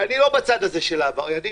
ואני לא בצד הזה של העבריינים,